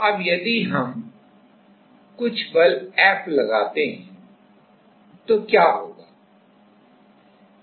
अब यदि हम कुछ बल F लगाते हैं तो क्या होगा